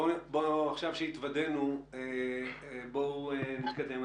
עכשיו כשהתוודינו, בואו נתקדם.